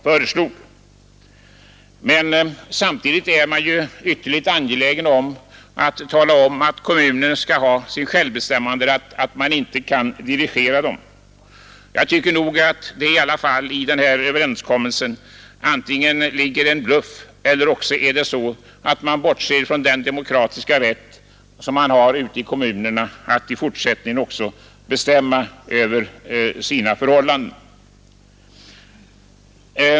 Samtidigt är man emellertid på regeringssidan ytterligt angelägen om att framhålla att kommunerna skall ha kvar sin självbestämmanderätt och att kommunerna inte kan dirigeras. Jag tycker emellertid att det ligger en bluff i denna överenskommelse, eller också bortser man från den demokratiska rätt kommunerna har att även i fortsättningen bestämma över sina förhållanden.